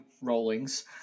Rollings